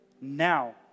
now